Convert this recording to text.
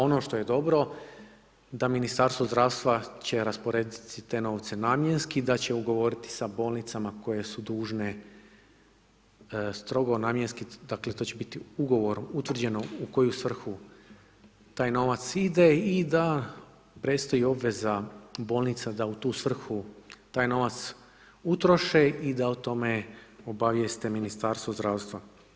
Ono što je dobro da ministarstvo zdravstva će rasporediti te novce namjenski, da će ugovoriti s bolnicama, koje su dužne strogo namjenski, dakle, to će biti ugovor utvrđeno u koju svrhu taj novac ide i da prestaje obveza bolnica da u tu svrhu, taj novac utroše i da o tome obavijeste Ministarstvo zdravstva.